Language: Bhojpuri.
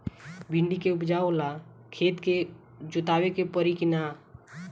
भिंदी के उपजाव ला खेत के जोतावे के परी कि ना?